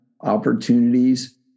opportunities